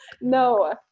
No